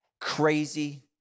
crazy